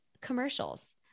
commercials